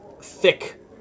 thick